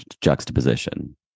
juxtaposition